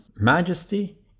majesty